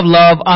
love